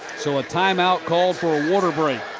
so a time-out called for a water break.